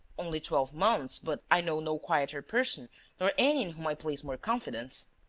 only twelve months, but i know no quieter person nor any in whom i place more confidence.